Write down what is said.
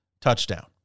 touchdown